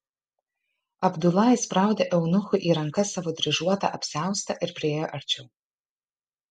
abdula įspraudė eunuchui į rankas savo dryžuotą apsiaustą ir priėjo arčiau